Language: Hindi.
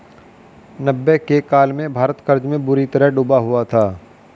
नब्बे के काल में भारत कर्ज में बुरी तरह डूबा हुआ था